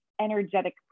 energetic